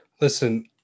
Listen